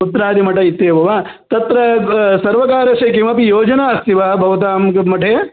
उत्तरादिमठम् इत्येव वा तत्र सर्वकारस्य किमपि योजना अस्ति वा भवतां किं मठे